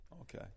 Okay